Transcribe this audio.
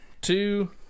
two